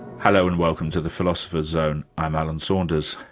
hello, and welcome to the philosopher's zone. i'm alan saunders.